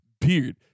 beard